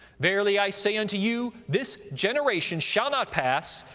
verily i say unto you, this generation shall not pass,